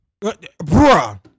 Bruh